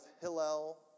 Hillel